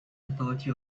authority